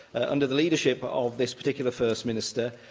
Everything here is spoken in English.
under the leadership of this particular first minister,